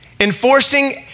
enforcing